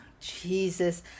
Jesus